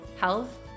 health